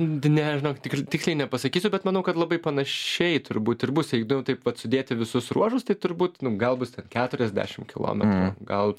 d ne žinok tik tiksliai nepasakysiu bet manau kad labai panašiai turbūt ir bus jeigu nu taip vat sudėti visus ruožus tai turbūt nu gal bus ten keturiasdešim kilometrų gal